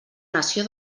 nació